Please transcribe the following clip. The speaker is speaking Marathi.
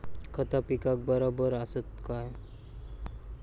खता पिकाक बराबर आसत काय?